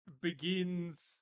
begins